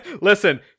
Listen